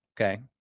Okay